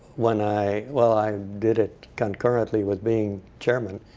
when i well, i did it concurrently with being chairman.